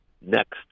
next